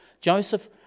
Joseph